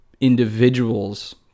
individuals